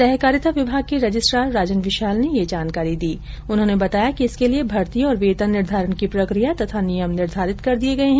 सहकारिता विभाग के रजिस्ट्रार राजन विशाल ने ये जानकारी देते हुए बताया कि इसके लिये भर्ती और वेतन निर्धारण की प्रक्रिया तथा नियम निर्धारित कर दिये गये हैं